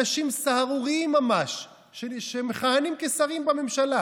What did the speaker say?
אנשים סהרוריים ממש שמכהנים כשרים בממשלה